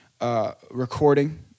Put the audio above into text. Recording